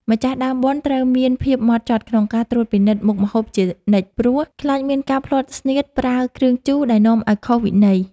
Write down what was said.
ម្ចាស់ដើមបុណ្យត្រូវមានភាពហ្មត់ចត់ក្នុងការត្រួតពិនិត្យមុខម្ហូបជានិច្ច ព្រោះ ខ្លាចមានការភ្លាត់ស្នៀតប្រើគ្រឿងជូរដែលនាំឱ្យខុសនឹងវិន័យ។